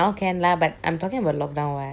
now can lah but I'm talking about lockdown [what]